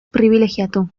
pribilegiatu